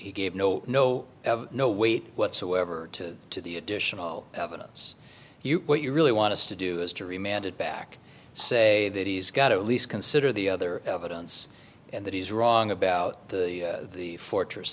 he gave no no no weight whatsoever to the additional evidence you what you really want us to do is to remain added back say that he's got at least consider the other evidence and that he's wrong about the fortress